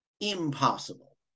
impossible